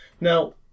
Now